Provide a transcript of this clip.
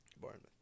Bournemouth